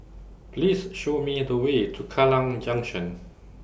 Please Show Me The Way to Kallang Junction